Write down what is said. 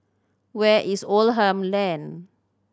where is Oldham Lane